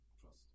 trust